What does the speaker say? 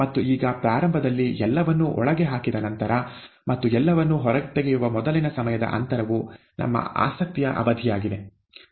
ಮತ್ತು ಈಗ ಪ್ರಾರಂಭದಲ್ಲಿ ಎಲ್ಲವನ್ನೂ ಒಳಗೆ ಹಾಕಿದ ನಂತರ ಮತ್ತು ಎಲ್ಲವನ್ನೂ ಹೊರತೆಗೆಯುವ ಮೊದಲಿನ ಸಮಯದ ಅಂತರವು ನಮ್ಮ ಆಸಕ್ತಿಯ ಅವಧಿಯಾಗಿದೆ